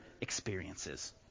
experiences